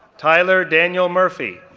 tyler daniel murphy,